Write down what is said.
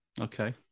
Okay